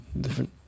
different